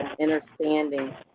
understanding